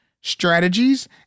strategies